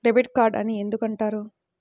Debit card అని ఎందుకు అంటారు?